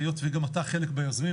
היות וגם אתה חלק מהיוזמים,